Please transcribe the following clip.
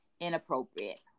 inappropriate